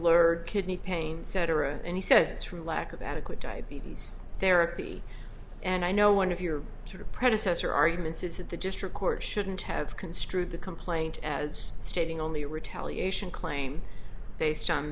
blurred kidney pain cetera and he says through lack of adequate diabetes therapy and i know one of your sort of predecessor arguments is that the district court shouldn't have construed the complaint as stating only retaliation claim based on